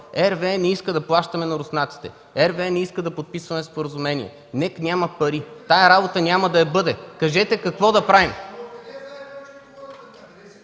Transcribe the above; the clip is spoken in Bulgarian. „RWE не иска да плащаме на руснаците. RWE не иска да подписваме споразумение. НЕК няма пари. Тази работа няма да я бъде. Кажете какво да правим”!